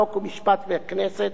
חוק ומשפט של הכנסת.